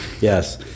yes